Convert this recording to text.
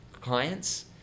clients